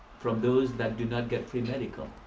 from those that do not get free medical.